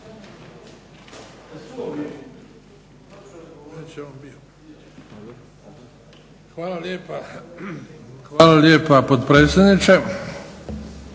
Hvala lijepa, potpredsjedniče.